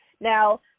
Now